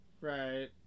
Right